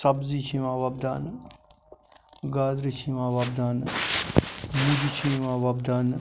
سبزی چھِ یِوان وۄبداونہٕ گازرِ چھِ یِوان وۄبداونہٕ مُجہٕ چھِ یِوان وۄبداونہٕ